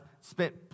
spent